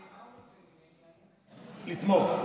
לתמוך.